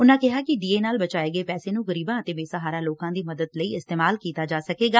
ਉਨੂਂ ਕਿਹਾ ਕਿ ਡੀਏ ਨਾਲ ਬਚਾਏ ਗਏ ਪੈਸੇ ਨੂੰ ਗਰੀਬਾਂ ਅਤੇ ਬੇਸਹਾਰਾ ਲੋਕਾਂ ਦੀ ਮਦਦ ਲਈ ਇਸਤੇਮਾਲ ਕੀਤਾ ਜਾ ਸਕੇਗਾ